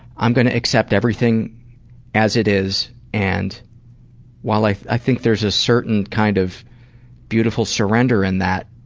i'm going to accept everything as it is, and while i i think there's a certain kind of beautiful surrender in that,